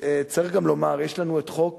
צריך גם לומר: יש לנו את חוק